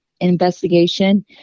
investigation